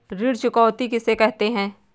ऋण चुकौती किसे कहते हैं?